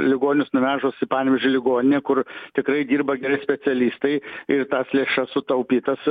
ligonius nuvežus į panevėžio ligoninę kur tikrai dirba geri specialistai ir tas lėšas sutaupytas